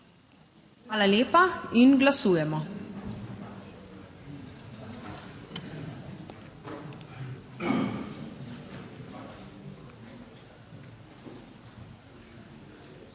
Hvala lepa. In glasujemo.